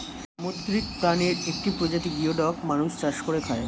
সামুদ্রিক প্রাণীর একটি প্রজাতি গিওডক মানুষ চাষ করে খায়